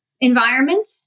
environment